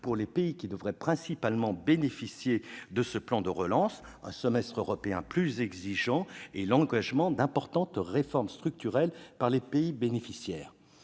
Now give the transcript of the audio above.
pour les pays qui devraient principalement bénéficier de ce plan de relance : un semestre européen plus exigeant et l'engagement d'importantes réformes structurelles par les pays bénéficiaires.